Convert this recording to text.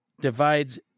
divides